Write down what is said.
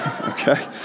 Okay